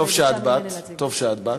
טוב שאת באת.